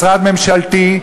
משרד ממשלתי,